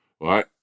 right